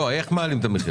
לא, איך מעלים את המחיר?